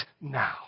now